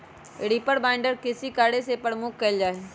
reaper binder कृषि कार्य में प्रयोग कइल जा हई